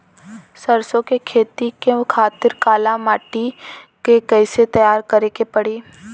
सरसो के खेती के खातिर काली माटी के कैसे तैयार करे के पड़ी?